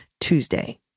Tuesday